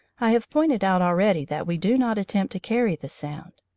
i have pointed out already that we do not attempt to carry the sound.